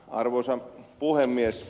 arvoisa puhemies